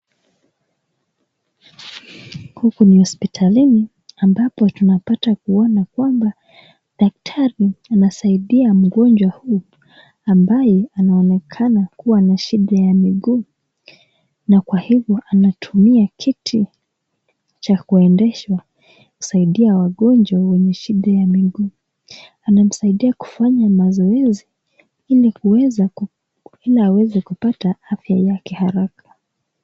Huku ni hospitalini ambapo tunapata kuona kwamba daktari anasaidia mgonjwa huu ambaye anaonekana kuwa na shida ya mguu. Na kwa hivyo anatumia kiti ya kuendesha kusaidia wagonjwa wenye shida ya miguu. Anamsaidia kufanya mazoezi ili aweze kupata afya yake kwa haraka.